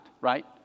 right